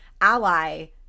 ally